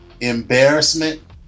embarrassment